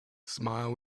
smile